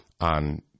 on